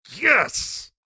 Yes